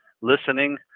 listening